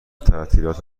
تعطیلات